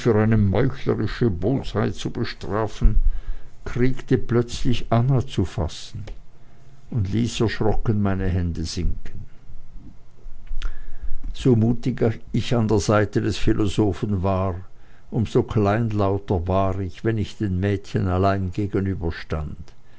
eine meuchlerische bosheit zu bestrafen kriegte plötzlich anna zu fassen und ließ erschrocken meine hände sinken so mutig ich an der seite des philosophen war um so kleinlauter war ich wenn ich den mädchen allein